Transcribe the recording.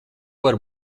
vari